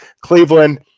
Cleveland